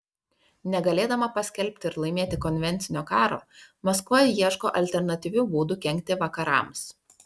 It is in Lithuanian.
negalėdama paskelbti ir laimėti konvencinio karo maskva ieško alternatyvių būdų kenkti vakarams